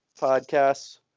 podcasts